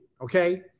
okay